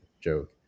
joke